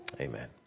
amen